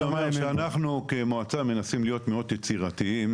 שאנחנו כמועצה מנסים להיות מאוד יצירתיים